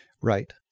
Right